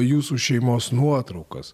jūsų šeimos nuotraukas